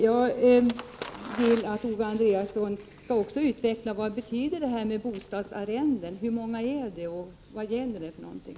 Jag vill också att Owe Andréasson skall utveckla vad talet om bostadsarrende betyder — hur många är det och vad gäller det för någonting?